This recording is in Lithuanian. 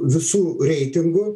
visų reitingų